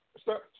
Stop